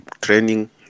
training